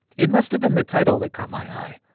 it must have been the title that caught my eye.